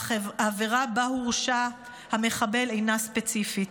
אך העבירה שבה הורשע המחבל אינה ספציפית.